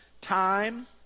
time